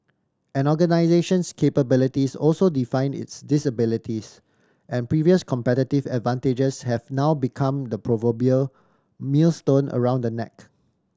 an organisation's capabilities also defined its disabilities and previous competitive advantages have now become the proverbial millstone around the neck